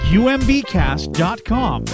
umbcast.com